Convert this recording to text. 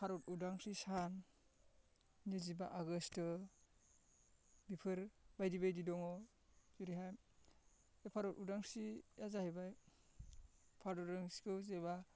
भरात उदांस्रि सान नैजिबा आगस्ट' बेफोर बायदि बायदि दङ जेरैहाय बेफोर उदांस्रिया जाहैबाय भारत उदांस्रिखौ जेनोबा